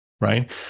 right